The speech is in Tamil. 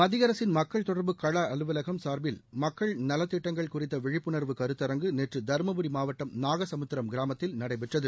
மத்திய அரசின் மக்கள் தொடர்பு கள அலுவலகம் சார்பில் மக்கள் நலத்திட்டங்கள் குறித்த விழிப்புணா்வு கருத்தரங்கு நேற்று தருமபுரி மாவட்டம் நாகசமுத்திரம் கிராமத்தில் நடைபெற்றது